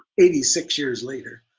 eighty six years later,